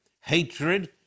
hatred